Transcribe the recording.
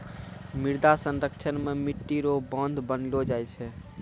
मृदा संरक्षण मे मट्टी रो बांध बनैलो जाय छै